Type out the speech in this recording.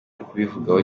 kubivugaho